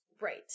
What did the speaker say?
Right